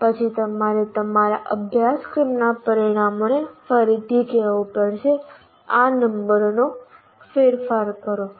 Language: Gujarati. પછી તમારે તમારા અભ્યાસક્રમના પરિણામોને ફરીથી કહેવું પડશે આ નંબરોમાં ફેરફાર કરો